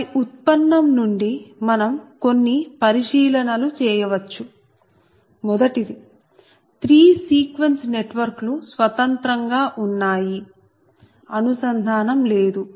పై ఉత్పన్నం నుండి మనం కొన్ని పరిశీలనలు చేయవచ్చు మొదటిది 3 సీక్వెన్స్ నెట్వర్క్లు స్వతంత్రంగా ఉన్నాయి అనుసంధానం లేదు